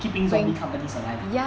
keeping family companies alive